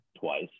Twice